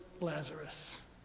Lazarus